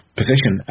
position